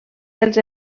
dels